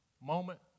moment